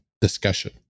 discussion